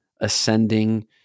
ascending